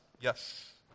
Yes